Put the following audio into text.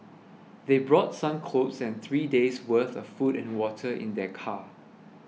they brought some clothes and three days' worth of food and water in their car